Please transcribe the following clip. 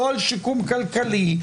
לא על שיקום כלכלי,